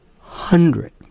hundred